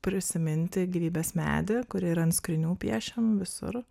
prisiminti gyvybės medį kur ir ant skrynių piešiam visur